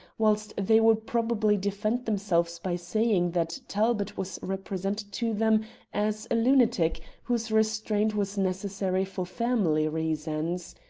whilst they would probably defend themselves by saying that talbot was represented to them as a lunatic whose restraint was necessary for family reasons.